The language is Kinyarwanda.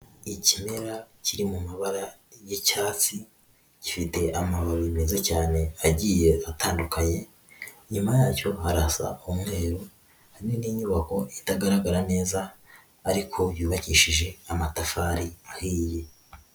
Ikimera kiri mu mabara y'icyatsi, gifite amababi meza cyane agiye atandukanye, inyuma yacyo harasa umweru hari n'indi nyubako itagaragara neza ariko yubakishije amatafari ahiye.